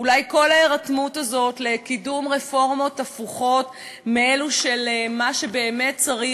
אולי כל ההירתמות הזאת לקידום רפורמות הפוכות מאלו של מה שבאמת צריך,